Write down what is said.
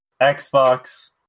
Xbox